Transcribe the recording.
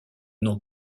nom